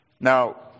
Now